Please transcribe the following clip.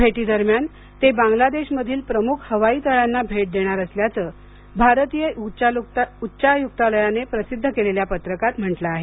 भेटी दरम्यान ते बांगलादेश मधील प्रमुख हवाई तळांना भेट देणार असल्याचं भारतीय उच्चायुक्तालयाने प्रसिद्ध केलेल्या पत्रकात म्हंटल आहे